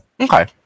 Okay